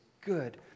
good